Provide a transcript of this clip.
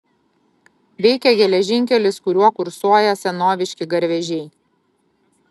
veikia geležinkelis kuriuo kursuoja senoviški garvežiai